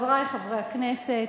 חברי חברי הכנסת,